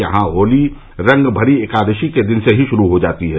यहां होली रंगभरी एकादशी के दिन से ही शुरू हो जाती है